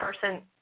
person